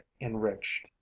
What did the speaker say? enriched